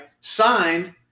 signed